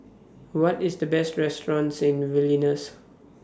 What IS The Best restaurants in Vilnius